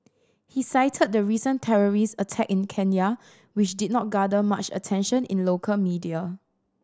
he cited the recent terrorist attack in Kenya which did not garner much attention in local media